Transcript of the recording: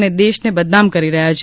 અને દેશને બદનામ કરી રહ્યા છે